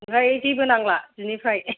ओमफ्राय जेबो नांला बिनिफ्राय